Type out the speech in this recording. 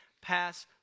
pass